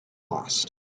lost